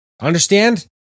Understand